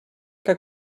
que